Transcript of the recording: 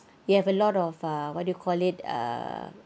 you have a lot of uh what do you call it err